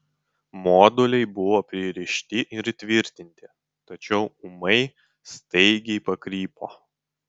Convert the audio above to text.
moduliai buvo pririšti ir įtvirtinti tačiau ūmai staigiai pakrypo